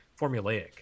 formulaic